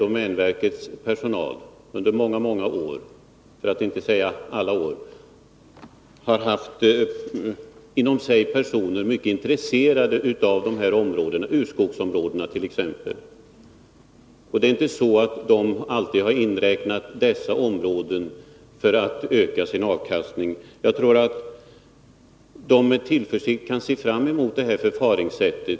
Domänverket har i alla år bland sin personal haft personer som har varit mycket intresserade av dessa områden, t.ex. urskogsområdena. Det är inte så att de alltid har räknat in dessa områden för att kunna öka avkastningen. Jag tror att domänverket med tillförsikt kan se fram emot detta förfaringssätt.